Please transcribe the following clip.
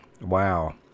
Wow